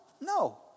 No